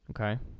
okay